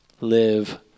live